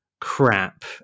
crap